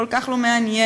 כל כך לא מעניין,